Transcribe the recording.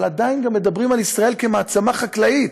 אבל עדיין גם מדברים על ישראל כמעצמה חקלאית,